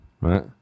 Right